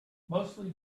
mostly